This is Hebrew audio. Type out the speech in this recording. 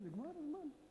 נגמר הזמן?